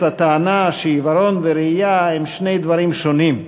הטענה שעיוורון וראייה הם דברים שונים.